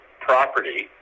property